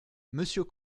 monsieur